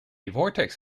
vortex